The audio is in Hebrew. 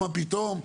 מה פתאום.